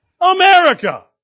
America